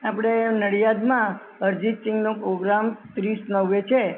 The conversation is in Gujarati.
આપણે નડિયાદમાં અરિજીત સિંઘનો પ્રોગ્રામ ત્રીસ નવે છે